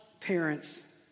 parents